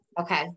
Okay